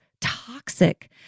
toxic